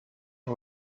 who